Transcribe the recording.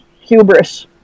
hubris